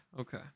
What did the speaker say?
Okay